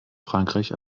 frankreich